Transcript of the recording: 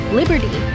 liberty